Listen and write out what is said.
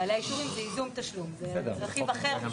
בעלי האישורים הם בייזום תשלום, זהו רכיב אחר.